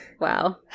Wow